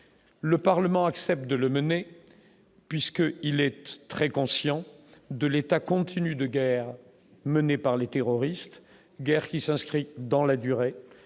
le parlement accepte de le mener puisque il est très conscient de l'État continue de guerre menée par les terroristes, guerre qui s'inscrit dans la durée